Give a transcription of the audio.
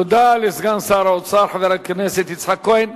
תודה לסגן שר האוצר חבר הכנסת יצחק כהן.